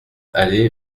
allée